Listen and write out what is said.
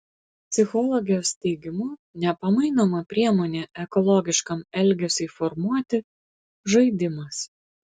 psichologės teigimu nepamainoma priemonė ekologiškam elgesiui formuoti žaidimas